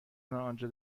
آنجا